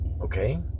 Okay